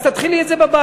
אז תתחילי את זה בבית,